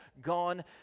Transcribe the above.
gone